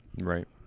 Right